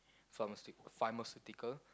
pharma~ pharmaceutical